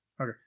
Okay